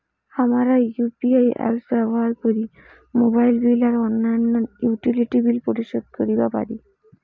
হামরা UPI apps ব্যবহার করি মোবাইল বিল আর অইন্যান্য ইউটিলিটি বিল পরিশোধ করিবা পারি